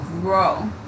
grow